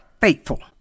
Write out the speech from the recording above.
faithful